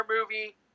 movie